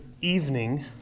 evening